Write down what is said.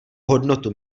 hodnotu